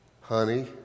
Honey